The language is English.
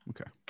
Okay